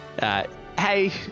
Hey